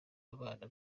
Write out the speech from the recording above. abana